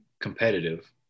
competitive